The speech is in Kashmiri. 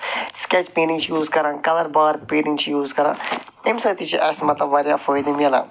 سِکیچ پینٹِنٛگ چھِ یوٗز کَران کَلر بار پینٹِنٛگ چھِ یوٗز کَران تَمہِ سۭتۍ تہِ چھُ اَسہِ مطلب واریاہ فٲیِدٕ میلان